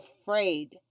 afraid